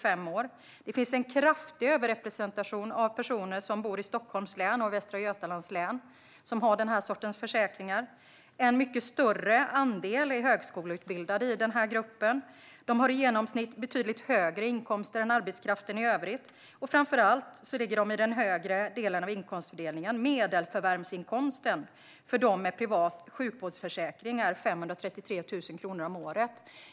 Bland dem som har den här sortens försäkringar finns det en kraftig överrepresentation av personer som bor i Stockholms län och Västra Götalands län. En mycket större andel är högskoleutbildade i den här gruppen. De har i genomsnitt betydligt högre inkomster än arbetskraften i övrigt. Framför allt ligger de i den högre delen av inkomstfördelningen. Medelförvärvsinkomsten för dem med privat sjukvårdsförsäkring är 533 000 kronor om året.